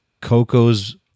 Coco's